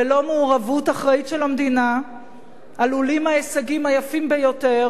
ללא מעורבות אחראית של המדינה עלולים ההישגים היפים ביותר,